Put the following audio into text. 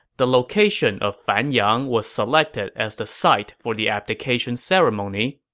the location of fanyang was selected as the site for the abdication ceremony.